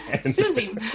Susie